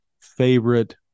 favorite